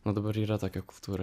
nu dabar yra tokia kultūra